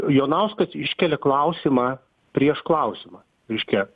jonauskas iškelia klausimą prieš klausimą reiškia